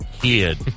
kid